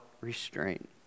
restraint